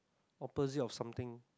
opposite of something